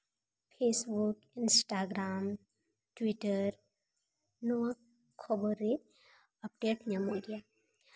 Facebook Instagram Twitter ᱱᱚᱣᱟ ᱠᱷᱚᱵᱚᱨ ᱨᱮᱭᱟᱜ ᱟᱯᱰᱮᱴ ᱧᱟᱢᱚᱜ ᱜᱮᱭᱟ